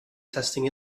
testing